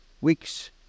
weeks